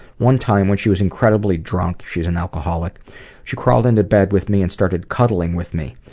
one time when she was incredibly drunk she's an alcoholic she crawled into bed with me and started cuddling with me.